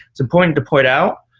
it's important to point out,